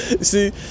see